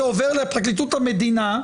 זה עובר לפרקליטות המדינה,